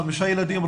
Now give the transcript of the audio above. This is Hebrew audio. חמישה ילדים,